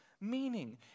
meaning